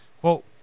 Quote